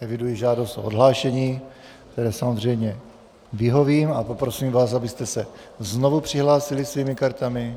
Eviduji žádost o odhlášení, které samozřejmě vyhovím, a poprosím vás, abyste se znovu přihlásili svými kartami.